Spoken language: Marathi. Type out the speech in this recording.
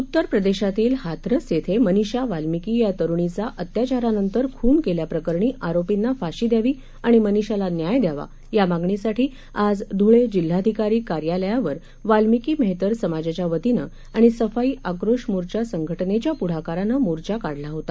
उत्तर प्रदेशातील हाथरस येथे मनिषा वाल्मिकी या तरुणीचा अत्याचारानंतर खून केल्याप्रकरणी आरोपींना फाशी द्यावी आणि मनिषाला न्याय द्यावा या मागणीसाठी आज धूळे जिल्हाधिकारी कार्यालयावर वाल्मिकी मेहतर समाजाच्या वतीनं आणि सफाई आक्रोश मोर्चा संघटनेच्या पुढाकारानं मोर्चा काढला होता